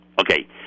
Okay